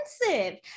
expensive